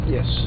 Yes